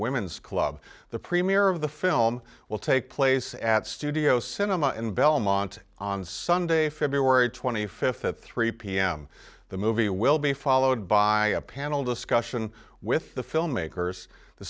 women's club the premier of the film will take place at studio cinema in belmont on sunday february twenty fifth at three pm the movie will be followed by a panel discussion with the filmmakers the